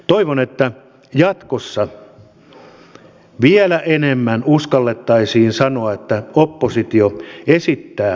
toivon että jatkossa vielä enemmän uskallettaisiin sanoa että oppositio esittää vaihtoehtoja